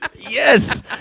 yes